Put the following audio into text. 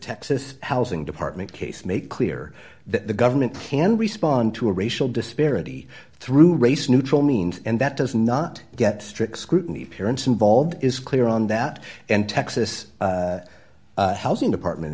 texas housing department case make clear that the government can respond to a racial disparity through race neutral means and that does not get strict scrutiny parents involved is clear on that and texas housing department